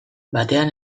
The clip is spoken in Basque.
batean